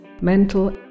mental